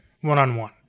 one-on-one